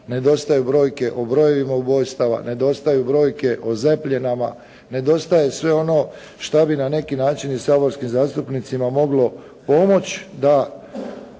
nedostaju brojke o brojevima ubojstava, nedostaju brojke o zapljenama, nedostaje sve ono šta bi na neki način i saborskim zastupnicima moglo pomoći